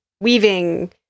weaving